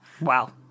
Wow